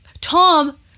Tom